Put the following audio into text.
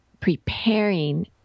preparing